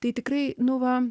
tai tikrai nu va